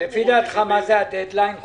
מה הדד ליין לדעתך?